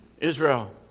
Israel